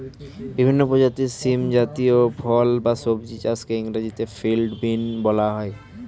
বিভিন্ন প্রজাতির শিম জাতীয় ফল বা সবজি চাষকে ইংরেজিতে ফিল্ড বিন বলা হয়